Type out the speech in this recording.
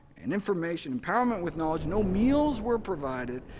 and information, empowerment with knowledge. no meals were provided,